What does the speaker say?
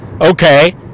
Okay